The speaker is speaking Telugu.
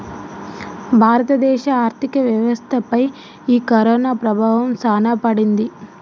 భారత దేశ ఆర్థిక వ్యవస్థ పై ఈ కరోనా ప్రభావం సాన పడింది